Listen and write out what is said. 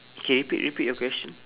K repeat repeat your question